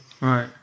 Right